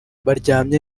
baryamye